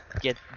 get